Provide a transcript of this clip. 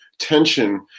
Tension